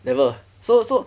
never so so